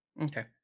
Okay